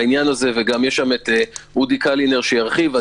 ויש גם אודי קלינר שירחיב.